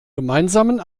gemeinsamen